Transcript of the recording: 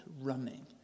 running